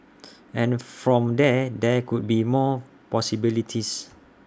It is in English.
and from there there could be more possibilities